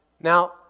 Now